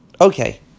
Okay